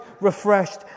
refreshed